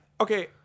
Okay